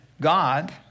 God